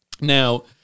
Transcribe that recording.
Now